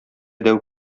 дәү